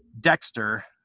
Dexter